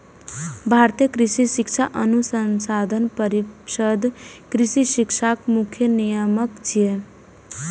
भारतीय कृषि शिक्षा अनुसंधान परिषद कृषि शिक्षाक मुख्य नियामक छियै